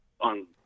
on